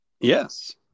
Yes